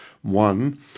One